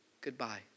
Goodbye